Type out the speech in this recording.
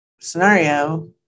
scenario